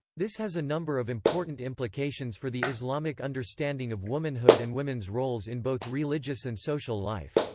this has a number of important implications for the islamic understanding of womanhood and women's roles in both religious and social life.